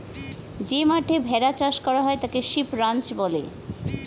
যে মাঠে ভেড়া চাষ করা হয় তাকে শিপ রাঞ্চ বলে